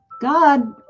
God